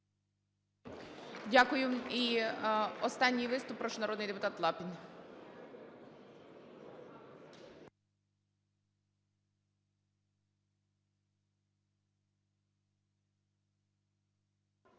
Дякую. І останній виступ, прошу, народний депутат Лапін.